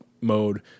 mode